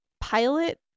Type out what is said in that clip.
pilot